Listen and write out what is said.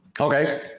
Okay